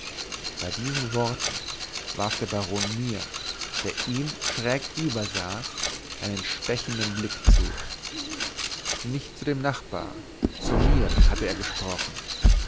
bei diesen worten warf der baron mir der ihm schrägüber saß einen stechenden blick zu nicht zu dem nachbar zu mir hatte er gesprochen